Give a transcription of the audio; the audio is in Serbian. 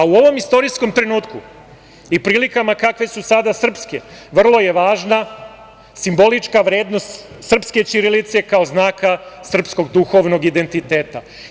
U ovom istorijskom trenutku i prilikama kakve su sada srpske, vrlo je važna simbolička vrednost srpske ćirilice kao znaka srpskog duhovnog identiteta.